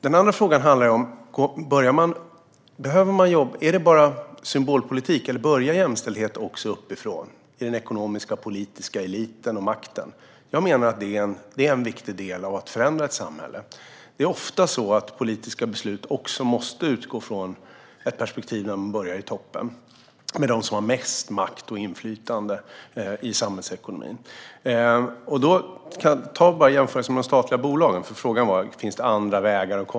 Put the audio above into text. Den andra frågan handlar om ifall det bara är symbolpolitik eller om jämställdhet också börjar uppifrån i den ekonomiska och politiska eliten och makten. Jag menar att det är en viktig del av att förändra ett samhälle. Politiska beslut måste ofta utgå från ett perspektiv där man börjar i toppen med dem som har mest makt och inflytande i samhällsekonomin. Ta bara jämförelsen med de statliga bolagen, för frågan var ju om det finns andra vägar.